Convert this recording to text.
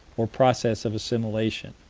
or process of assimilation.